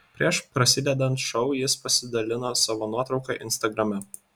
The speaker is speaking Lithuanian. prieš prasidedant šou jis pasidalino savo nuotrauka instagrame